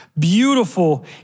beautiful